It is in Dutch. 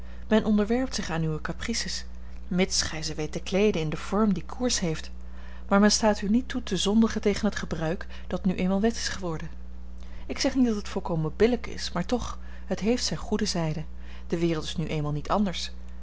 men onderwerpt zich aan uwe caprices mits gij ze weet te kleeden in den vorm die koers heeft maar men staat u niet toe te zondigen tegen het gebruik dat nu eenmaal wet is geworden ik zeg niet dat het volkomen billijk is maar toch het heeft zijne goede zijde de wereld is nu eenmaal niet anders